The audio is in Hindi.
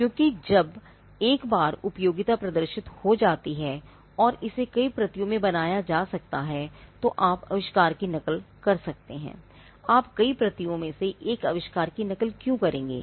क्योंकि जब एक बार उपयोगिता प्रदर्शित हो जाती है और इसे कई प्रतियों में बनाया जा सकता है तो आप आविष्कार की नकल कर सकते हैं आप कई प्रतियों में एक आविष्कार की नकल क्यों करेंगे